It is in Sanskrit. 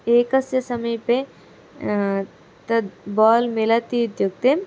एकस्य समीपे तत् बाल् मिलति इत्युक्ते